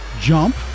jump